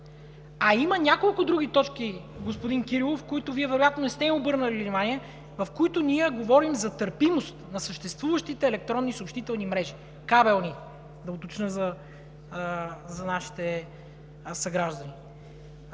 има няколко други точки, господин Кирилов, на които Вие вероятно не сте обърнали внимание, в които ние говорим за търпимост на съществуващите електронни съобщителни мрежи – кабелни, да уточня за нашите съграждани.